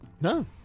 No